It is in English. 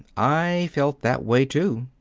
i felt that way, too.